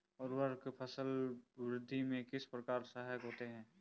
उर्वरक फसल वृद्धि में किस प्रकार सहायक होते हैं?